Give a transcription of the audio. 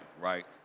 right